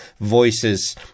voices